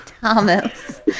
Thomas